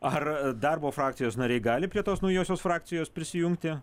ar darbo frakcijos nariai gali prie tos naujosios frakcijos prisijungti